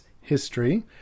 history